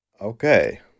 Okay